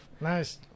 Nice